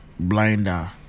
blinder